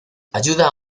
ayuda